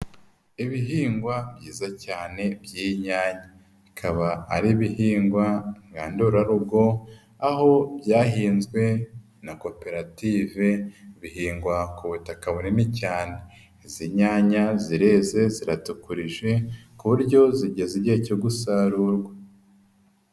Ibihingwa byiza cyane by'inyanya bikaba ari ibihingwa ngandurarugo aho byahinzwe na koperative bihingwa ku butaka bunini cyane. Izi nyanya zireze ziratukurije ku buryo zigeze igihe cyo gusarurwa.